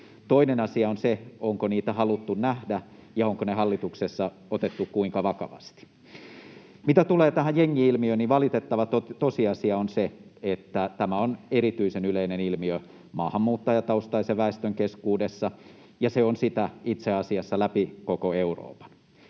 Toinen asia on se, onko niitä haluttu nähdä ja onko ne hallituksessa otettu kuinka vakavasti. Mitä tulee tähän jengi-ilmiöön, valitettava tosiasia on se, että tämä on erityisen yleinen ilmiö maahanmuuttajataustaisen väestön keskuudessa ja se on sitä itse asiassa läpi koko Euroopan.